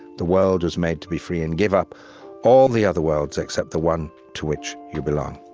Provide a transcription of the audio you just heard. the world was made to be free in. give up all the other worlds except the one to which you belong.